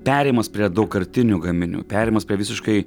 perėjimas prie daugkartinių gaminių perėjimas prie visiškai